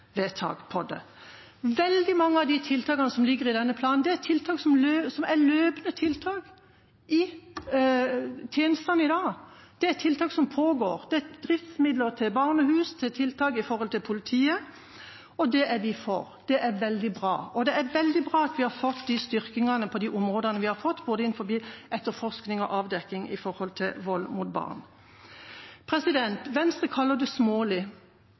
Veldig mange av tiltakene som ligger i denne planen, er løpende tiltak i tjenestene i dag, tiltak som pågår, driftsmidler til barnehus og tiltak for politiet. Det er vi for. Det er veldig bra, og det er veldig bra at vi har fått styrkingene på de områdene vi har fått, innenfor både etterforskning og avdekking av vold mot barn. Venstre kaller det